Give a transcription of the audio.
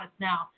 now